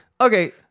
okay